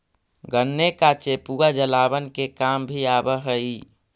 गन्ने का चेपुआ जलावन के काम भी आवा हई